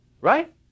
Right